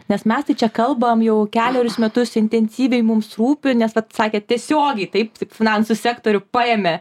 nes mes tai čia kalbam jau kelerius metus intensyviai mums rūpi nes vat sakėt tiesiogiai taip taip finansų sektorių paėmė